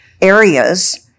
areas